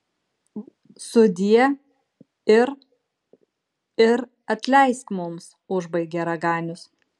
sudie ir ir atleisk mums užbaigė raganius